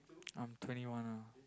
I'm twenty one ah